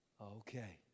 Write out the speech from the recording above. Okay